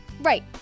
Right